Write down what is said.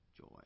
joy